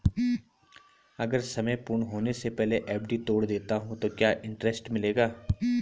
अगर समय पूर्ण होने से पहले एफ.डी तोड़ देता हूँ तो क्या इंट्रेस्ट मिलेगा?